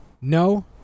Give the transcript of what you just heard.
no